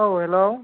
औ हेल'